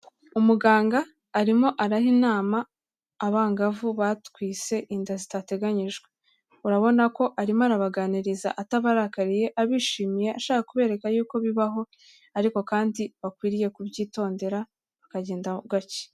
Umuganga arimo araha inama abangavu batwise inda zitateganyijwe. Urabona ko arimo arabaganiriza atabarakariye abishimiye, ashaka kubereka y'uko bibaho ariko kandi bakwiriye kubyitondera bakagenda gake.